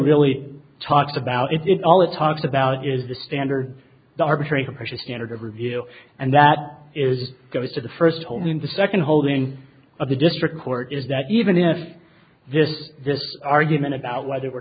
really talks about it all it talks about is the standard the arbitrator pressure standard of review and that is goes to the first hole in the second holding of the district court is that even if this this argument about whether we're